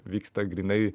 vyksta grynai